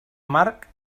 marc